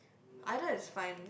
either is fine